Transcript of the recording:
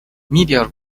meteor